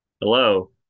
Hello